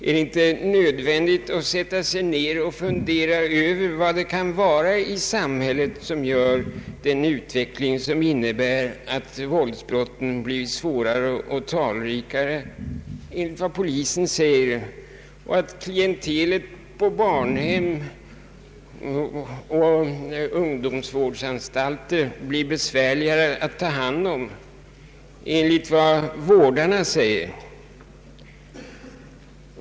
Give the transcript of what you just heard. Är det inte nödvändigt att sätta sig ned och fundera över vad det är i samhället som medför att våldsbrotten blir svårare och talrikare, enligt vad polisen säger, och att barnhemmens och ungdomsvårdsanstalternas klientel blir svårare att ta hand om, enligt vad vårdarna säger?